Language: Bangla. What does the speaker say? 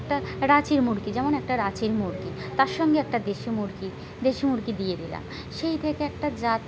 একটা রাঁচির মুরগি যেমন একটা রাঁচির মুরগি তার সঙ্গে একটা দেশি মুরগি দেশি মুরগি দিয়ে দিলাম সেই থেকে একটা জাত